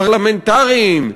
פרלמנטריים,